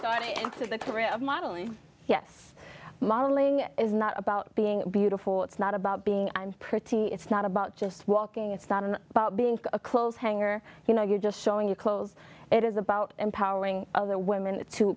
got into the career of modeling yes modeling is not about being beautiful it's not about being pretty it's not about just walking it's not and about being a clothes hanger you know you're just showing your clothes it is about empowering other women to